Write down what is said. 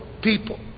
people